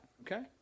Okay